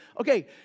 Okay